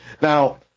Now